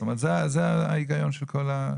זאת אומרת, זה ההיגיון של כל הזה.